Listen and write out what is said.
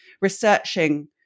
researching